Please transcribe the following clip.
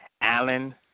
Alan